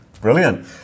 Brilliant